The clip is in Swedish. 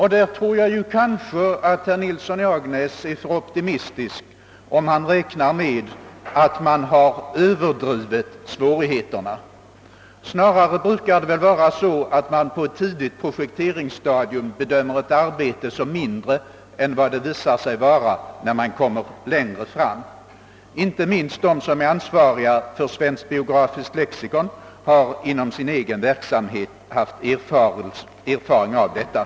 Herr Nilsson i Agnäs är kanske för optimistisk, om han räknar med att svårigheterna har överdrivits. Snarare brukar man på ett tidigt projekteringsstadium bedöma ett arbete som mindre än det visar sig vara när man kommer längre fram, Inte minst de som är ansvariga för Svenskt biografiskt lexikon har inom sin verksamhet erfarenhet av detta.